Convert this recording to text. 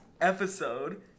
episode